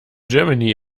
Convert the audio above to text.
germany